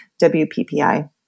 WPPI